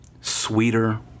sweeter